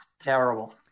terrible